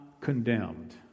condemned